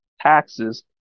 taxes